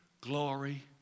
glory